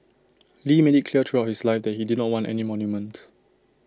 lee made IT clear throughout his life that he did not want any monument